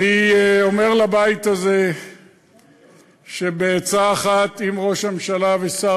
אני אומר לבית הזה שבעצה אחת עם ראש הממשלה ושר